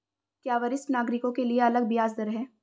क्या वरिष्ठ नागरिकों के लिए अलग ब्याज दर है?